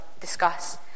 discuss